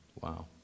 Wow